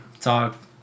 talk